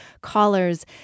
callers